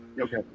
okay